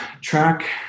track